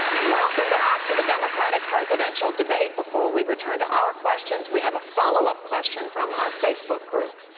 welcome back to the democratic presidential debate. before we return to our questions, we have a follow-up question from our facebook group.